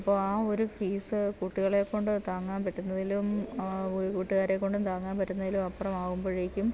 അപ്പോൾ ആ ഒരു ഫീസ് കുട്ടികളെ കൊണ്ട് താങ്ങാൻ പറ്റുന്നതിലും വീട്ടുകാരെ കൊണ്ടും താങ്ങാൻ പറ്റുന്നതിലും അപ്പുറം ആവുമ്പോഴേക്കും